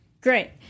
Great